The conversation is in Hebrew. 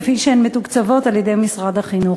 כפי שהן מתוקצבות על-ידי משרד החינוך?